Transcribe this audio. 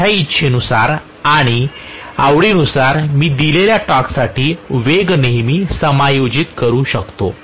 माझ्या इच्छेनुसार आणि आवडीनुसार मी दिलेल्या टॉर्कसाठी वेग नेहमी समायोजित करू शकतो